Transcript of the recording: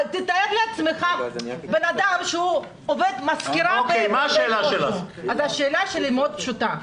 תאר לעצמך מזכירה, השאלה שלי מאוד פשוטה,